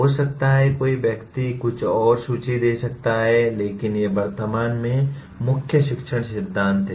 हो सकता है कोई व्यक्ति कुछ और सूची दे सकता है लेकिन ये वर्तमान में मुख्य शिक्षण सिद्धांत हैं